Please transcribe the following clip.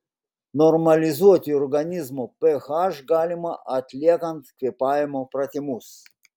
normalizuoti organizmo ph galima atliekant kvėpavimo pratimus